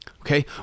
Okay